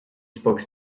spoke